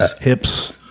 hips